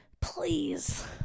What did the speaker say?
please